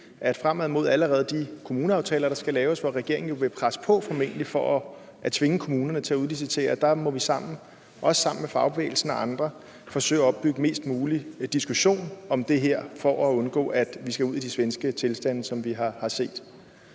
frem mod de kommuneaftaler, der skal laves, hvor regeringen jo formentlig vil presse på for at tvinge kommunerne til at udlicitere, må forsøge at opbygge mest mulig diskussion om det her for at undgå, at vi skal ud i de svenske tilstande, som vi har set.